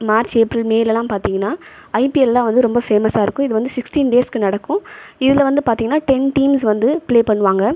March April மேலலாம் பார்த்தீங்கனா ஐபிஎல்லாம் ரொம்ப ஃபேமஸ்ஸாக இருக்கும் இது வந்து சிக்ஸ்ட்டின் டேஸுக்கு நடக்கும் இதில் வந்து பார்த்தீங்கனா டென் டீம்ஸ் வந்து ஃப்ளே பண்ணுவாங்க